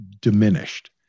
diminished